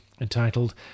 entitled